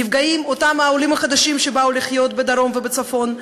נפגעים אותם עולים חדשים שבאו לחיות בדרום ובצפון,